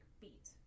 beat